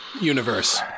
universe